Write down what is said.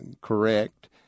correct